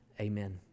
Amen